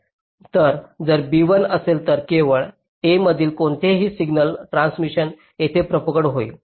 तर जर b 1 असेल तर केवळ a मधील कोणतेही सिग्नल ट्रान्सिशन्स येथे प्रोपागंट होईल